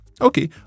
Okay